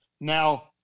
Now